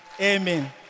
Amen